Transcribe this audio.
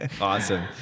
awesome